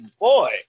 boy